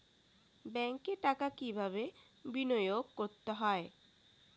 ব্যাংকে টাকা কিভাবে বিনোয়োগ করতে হয়?